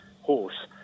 horse